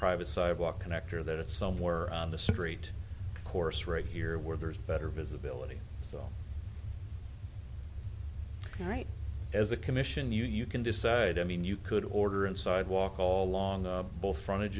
private sidewalk connector that it's somewhere on the street course right here where there's better visibility so right as a commission you can decide i mean you could order and sidewalk all along both front